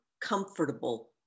comfortable